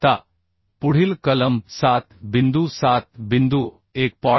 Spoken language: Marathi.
आता पुढील कलम 7 बिंदू 7 बिंदू 1